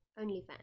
OnlyFans